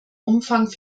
umfang